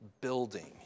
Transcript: building